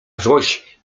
złość